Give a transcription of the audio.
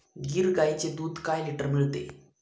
गीर गाईचे दूध काय लिटर मिळते?